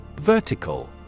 Vertical